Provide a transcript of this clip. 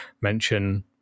mention